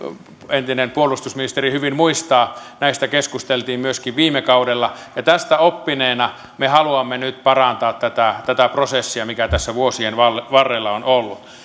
entinen puolustusministeri hyvin muistaa näistä keskusteltiin myöskin viime kaudella ja tästä oppineena me haluamme nyt parantaa tätä tätä prosessia mikä tässä vuosien varrella on ollut